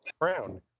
Crown